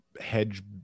hedge